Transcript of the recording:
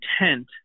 intent